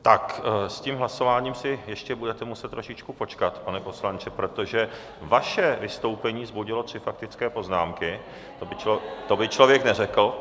Tak s tím hlasováním si ještě budete muset trošičku počkat, pane poslanče, protože vaše vystoupení vzbudilo tři faktické poznámky, to by člověk neřekl.